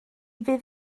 fydd